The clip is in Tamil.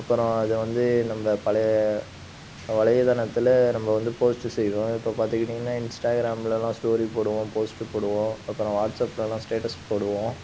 அப்புறோம் அதை வந்து நம்ப பழைய வளையதளத்தில் நம்ம வந்து போஸ்ட்டு செய்வோம் இப்போ பார்த்துக்கிட்டிங்கனா இன்ஸ்ட்டாக்ராம்ல எல்லாம் ஸ்டோரி போடுவோம் போஸ்ட்டு போடுவோம் அப்புறோம் வாட்ஸப்லல்லாம் ஸ்டேட்டஸ் போடுவோம்